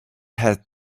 had